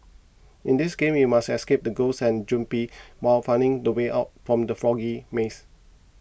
in this game you must escape the ghosts and zombies while finding the way out from the foggy maze